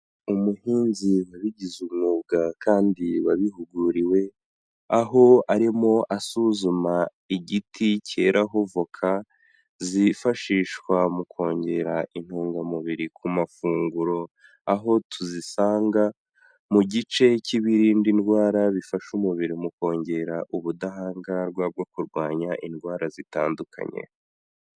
Umuhinzi wabigize umwuga kandi wabihuguriwe, aho arimo asuzuma igiti cyeraho voka, zifashishwa mu kongera intungamubiri ku mafunguro, aho tuzisanga mu gice cy'ibirinda indwara, bifasha umubiri mu kongera ubudahangarwa bwo kurwanya indwara zitandukanye.